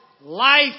life